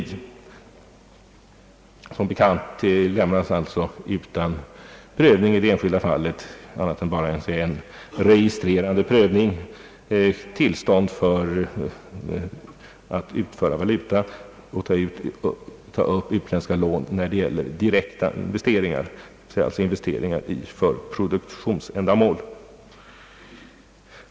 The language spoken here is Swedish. Som bekant sker bara en registrerande prövning, då det gäller att utföra valuta och ta upp utländska lån för direkta investeringar i utlandet, d. v. s. investeringar för produktionsändamål.